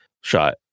shot